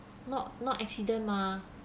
not not accident mah